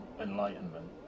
Enlightenment